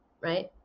right